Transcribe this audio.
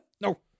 No